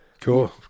Cool